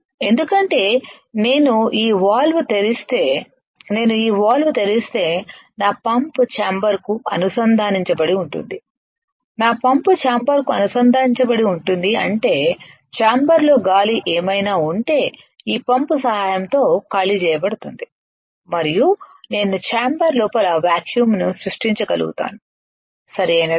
ఎందుకంటే నేను ఈ వాల్వ్ తెరిస్తే నేను ఈ వాల్వ్ తెరిస్తే నా పంప్ చాంబర్కు అనుసంధానించబడి ఉంటుంది నా పంప్ చాంబర్కు అనుసంధానించబడి ఉంటుంది అంటే చాంబర్లో గాలి ఏమైనా ఉంటే ఈ పంప్ సహాయంతో ఖాళీ చేయబడుతుంది మరియు నేను చాంబర్ లోపల వాక్యూం ను సృష్టించగలుగుతాను సరియైనదా